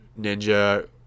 Ninja